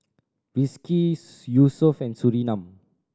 Rizqi Yusuf and Surinam